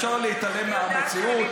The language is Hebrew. אז אפשר להתעלם מהמציאות,